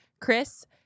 Chris